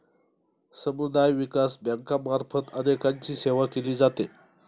समुदाय विकास बँकांमार्फत अनेकांची सेवा केली जाते